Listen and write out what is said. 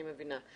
אני מבינה.